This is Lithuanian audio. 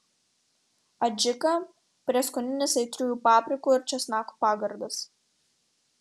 adžika prieskoninis aitriųjų paprikų ir česnakų pagardas